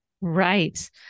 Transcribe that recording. Right